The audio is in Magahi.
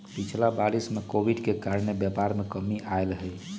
पिछिला वरिस में कोविड के कारणे व्यापार में कमी आयल हइ